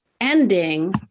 ending